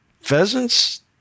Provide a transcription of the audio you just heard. pheasants